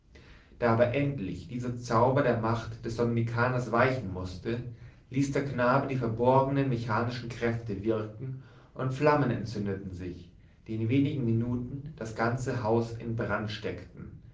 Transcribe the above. da aber endlich dieser zauber der macht des dominikaners weichen mußte ließ der knabe die verborgenen mechanischen kräfte wirken und flammen entzündeten sich die in wenigen minuten das ganze haus in brand steckten